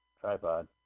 Tripod